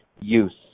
use